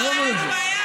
לא מבין את זה.